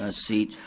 ah seat.